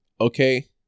Okay